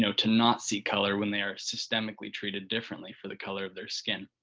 so to not see color when they are systemically treated differently for the color of their skin.